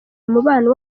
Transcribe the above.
umubano